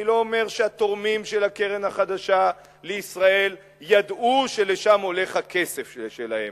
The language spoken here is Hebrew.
אני לא אומר שהתורמים של הקרן החדשה לישראל ידעו שלשם הולך הכסף שלהם.